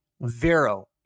Vero